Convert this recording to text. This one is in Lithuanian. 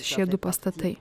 šie du pastatai